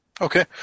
Okay